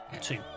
Two